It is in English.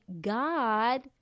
God